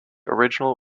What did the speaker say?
original